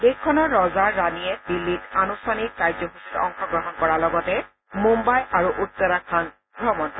দেশখনৰ ৰজা ৰাণীয়ে দিল্লীত আনুষ্ঠানিক কাৰ্যসূচীত অংশগ্ৰহণ কৰাৰ লগতে মুম্বাই আৰু উত্তৰাখণ্ড ভ্ৰমণ কৰিব